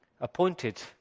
appointed